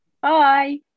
Bye